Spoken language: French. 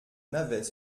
navet